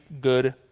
good